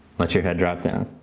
let your head drop down.